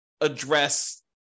address